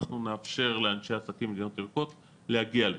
אנחנו נאפשר לאנשי עסקים ממדינות ירוקות להגיע לכאן.